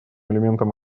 элементом